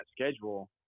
schedule